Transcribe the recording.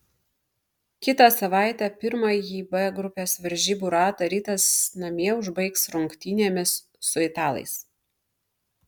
kitą savaitę pirmąjį b grupės varžybų ratą rytas namie užbaigs rungtynėmis su italais